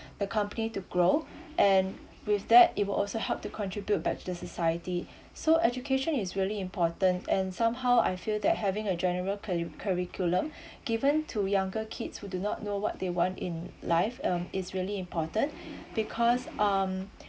the company to grow and with that it will also help to contribute back to society so education is really important and somehow I feel that having a general curri~ curriculum given to younger kids who do not know what they want in life um is really important because um